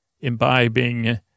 imbibing